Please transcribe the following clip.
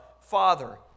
Father